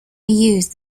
use